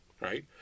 right